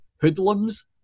hoodlums